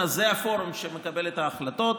זה הפורום שמקבל את ההחלטות,